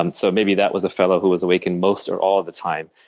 and so maybe that was a fellow who was awake and most or all of the time.